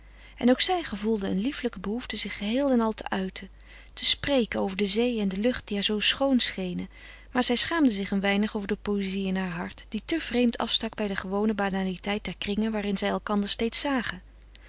en ook zij gevoelde een lieflijke behoefte zich geheel en al te uiten te spreken over de zee en de lucht die haar zoo schoon schenen maar zij schaamde zich een weinig over de poëzie in haar hart die te vreemd afstak bij de gewone banaliteit der kringen waarin zij elkander steeds zagen